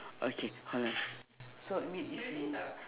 okay hold on so you mean if we